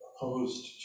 opposed